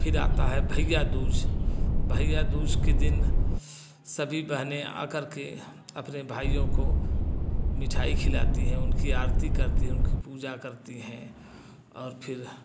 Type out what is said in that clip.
फिर आता है भैयादूज भैयादूज के दिन सभी बहनें आ करके अपने भाइयों को मिठाई खिलाती हैं उनकी आरती करती हैं उनकी पूजा करती हैं और फिर